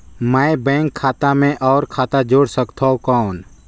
मैं बैंक खाता मे और खाता जोड़ सकथव कौन?